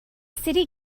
city